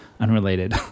unrelated